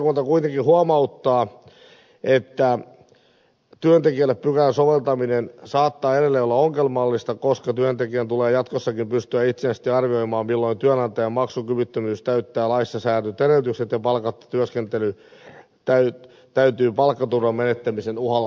valiokunta kuitenkin huomauttaa että työntekijälle pykälän soveltaminen saattaa edelleen olla ongelmallista koska työntekijän tulee jatkossakin pystyä itsenäisesti arvioimaan milloin työnantajan maksukyvyttömyys täyttää laissa säädetyt edellytykset ja palkatta työskentely täytyy palkkaturvan menettämisen uhalla lopettaa